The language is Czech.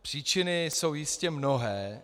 Příčiny jsou jistě mnohé.